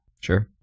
sure